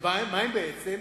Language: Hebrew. שמה הם בעצם?